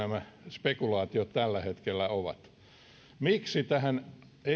spekulaatiot tällä hetkellä ovat miksi tähän ei aseteta todella tällaista tavoitetta että